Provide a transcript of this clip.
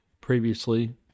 previously